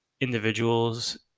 individuals